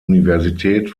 universität